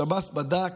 שב"ס בדק: